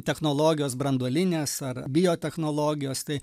technologijos branduolinės ar biotechnologijos tai